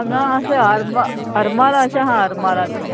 हांगा अशें हरम हरमाल अशें हा अर्माला थंय